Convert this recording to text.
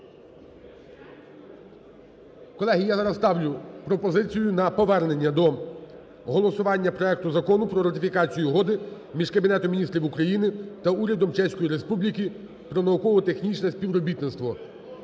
Колеги, я зараз ставлю пропозицію на повернення до голосування проекту Закону про ратифікацію Угоди між Кабінетом Міністрів України та Урядом Чеської Республіки про науково-технологічне співробітництво.